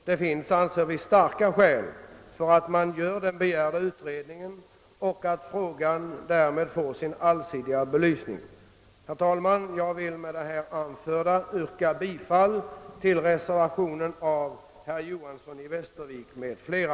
Det finns starka skäl för att man gör den begärda utredningen och att frågan blir föremål för allsidig belysning. Herr talman! Jag vill med det anförda yrka bifall till reservationen av herr Johanson i Västervik m.fl.